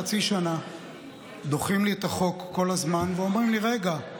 חצי שנה דוחים לי את החוק כל הזמן ואומרים לי: רגע,